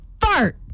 fart